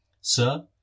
Sir